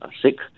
sick